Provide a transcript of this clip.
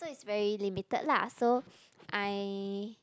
it's very limited lah so I